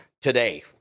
today